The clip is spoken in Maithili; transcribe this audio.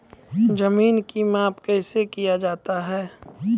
जमीन की माप कैसे किया जाता हैं?